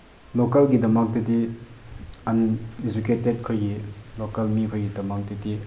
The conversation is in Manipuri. ꯂꯣꯀꯦꯜꯒꯤꯗꯃꯛꯇꯗꯤ ꯑꯟꯏꯖꯨꯀꯦꯇꯦꯠ ꯈꯣꯏꯒꯤ ꯂꯣꯀꯦꯜ ꯃꯤꯈꯣꯏꯒꯤꯗꯃꯛꯇꯗꯤ